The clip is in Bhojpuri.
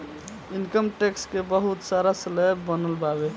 इनकम टैक्स के बहुत सारा स्लैब बनल बावे